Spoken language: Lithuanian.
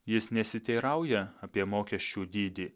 jis nesiteirauja apie mokesčių dydį